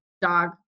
Dog